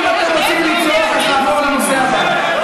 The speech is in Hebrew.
אם אתם רוצים לצעוק אז נעבור לנושא הבא.